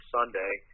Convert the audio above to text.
Sunday